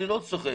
אני לא צוחק.